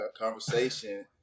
conversation